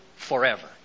Forever